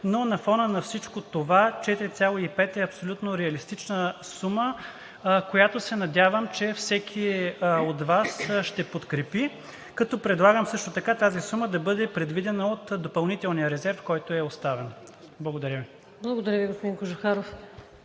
но на фона на всичко това 4,5 е абсолютно реалистична сума, която се надявам, че всеки от Вас ще подкрепи, като предлагам също така тази сума да бъде предвидена от допълнителния резерв, който е оставен. Благодаря Ви. ПРЕДСЕДАТЕЛ ВИКТОРИЯ